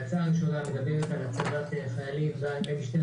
ההצעה הראשונה מדברת על הצבת חיילים במשטרת